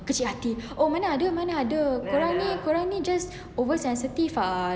kecil hati oh mana ada mana ada korang korang ni just oversensitive lah